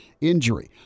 injury